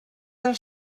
del